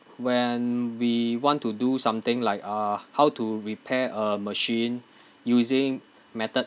when we want to do something like uh how to repair a machine using method